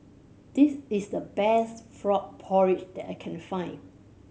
this is the best frog porridge that I can find